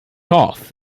off